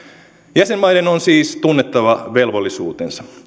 jäsenmaiden on siis tunnettava velvollisuutensa